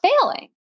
failing